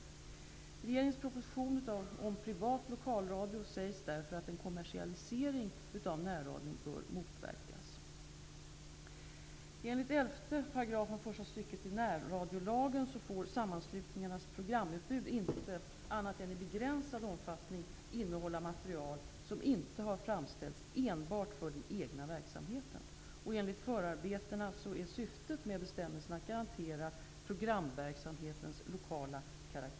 I regeringens proposition om privat lokalradio sägs därför att en kommersialisering av närradion bör motverkas. får sammanslutningarnas programutbud inte, annat än i begränsad omfattning, innehålla material som inte har framställts enbart för den egna verksamheten. Enligt förarbetena (prop.